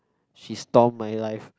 she storm my life